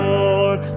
Lord